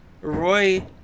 Roy